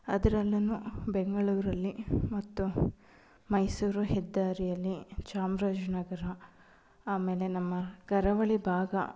ಅದ್ರಲ್ಲು ಬೆಂಗಳೂರಲ್ಲಿ ಮತ್ತು ಮೈಸೂರು ಹೆದ್ದಾರಿಯಲ್ಲಿ ಚಾಮರಾಜ ನಗರ ಆಮೇಲೆ ನಮ್ಮ ಕರಾವಳಿ ಭಾಗ